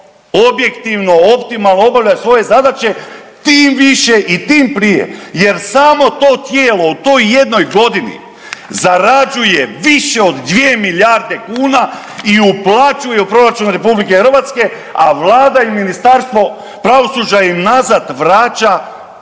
objektivno, optimalno obavlja svoje zadaće, tim više i tim prije jer samo to tijelo u toj jednog godini zarađuje više od 2 milijarde kuna i uplaćuje u proračun RH, a Vlada i Ministarstvo pravosuđa im nazad vraća